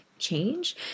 change